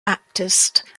baptist